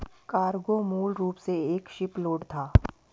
cargo मूल रूप से एक शिपलोड था